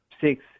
six